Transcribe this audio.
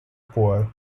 poor